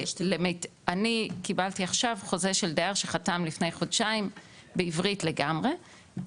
אני קיבלתי עכשיו חוזה של דייר שחתם לפני חודשיים בעברית לגמרי,